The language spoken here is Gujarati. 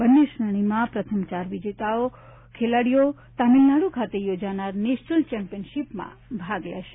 બંને શ્રેણીમાં પ્રથમ ચાર વિજેતા ખેલાડીએ તમિલનાડુ ખાતે યોજાનારી નેશનલ ચેમ્પિયનશીપમાં ભાગ લેશે